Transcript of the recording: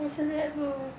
I also never